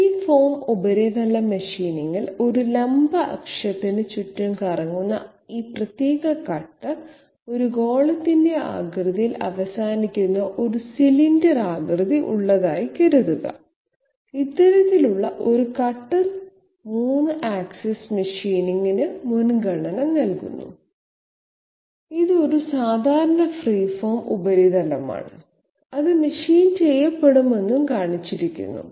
free form ഉപരിതല മെഷീനിംഗിൽ ഒരു ലംബ അക്ഷത്തിന് ചുറ്റും കറങ്ങുന്ന ഈ പ്രത്യേക കട്ടർ ഒരു ഗോളത്തിന്റെ ആകൃതിയിൽ അവസാനിക്കുന്ന ഒരു സിലിണ്ടർ ആകൃതി ഉള്ളതായി കരുതുക ഇത്തരത്തിലുള്ള ഒരു കട്ടർ 3 ആക്സിസ് മെഷീനിംഗിന് മുൻഗണന നൽകുന്നു ഇത് ഒരു സാധാരണ ഫ്രീ ഫോം ഉപരിതലമാണ് അത് മെഷീൻ ചെയ്യപ്പെടുമെന്ന് കാണിച്ചിരിക്കുന്നു